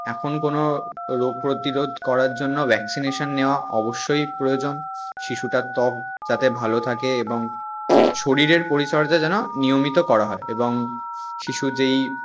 এখন কোনো রোগ প্রতিরোধ করার জন্য ভ্যাকসিনেশান নেওয়া অবশ্যই প্রয়োজন শিশুটার ত্বক যাতে ভালো থাকে এবং শরীরের পরিচর্যা যেন নিয়মিত করা হয় এবং শিশু যেই